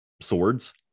swords